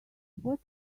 what